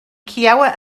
kiowa